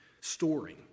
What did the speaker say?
storing